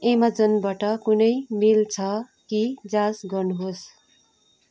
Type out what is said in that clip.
अमेजनबाट कुनै मेल छ कि जाँच गर्नुहोस्